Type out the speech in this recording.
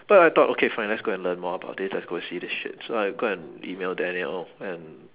but I thought okay fine let's go and learn more about this let's go see this shit so I go and email daniel and